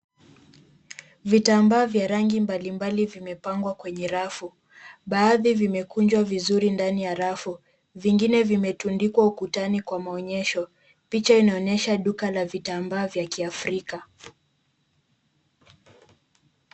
Vitambaa vya rangi mbalimbali vimepangwa kwenye rafu. Baadhi vimekunjwa vizuri ndani ya rafu, vingine vimetundikwa ukutani kwa maonyesho. Picha inaonyesha duka la vitambaa vya kiafrika.